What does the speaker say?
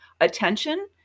attention